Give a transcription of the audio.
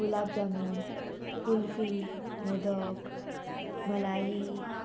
गुलाब जामून कुल्फी मोदक मलाई